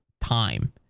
time